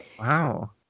Wow